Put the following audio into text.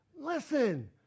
listen